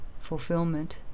fulfillment